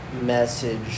message